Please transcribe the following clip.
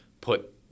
put